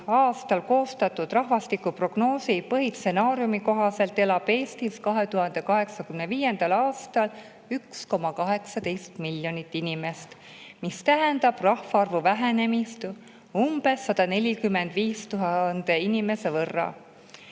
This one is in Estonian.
aastal koostatud rahvastikuprognoosi põhistsenaariumi kohaselt elab Eestis 2085. aastal 1,18 miljonit inimest, mis tähendab rahvaarvu vähenemist umbes 145 000 inimese võrra.